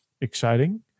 exciting